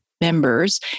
members